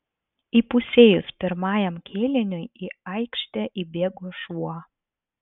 įpusėjus pirmajam kėliniui į aikštę įbėgo šuo